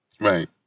Right